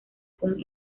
con